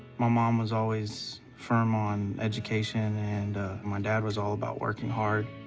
my mom was always firm on education, and my dad was all about working hard.